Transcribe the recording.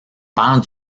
père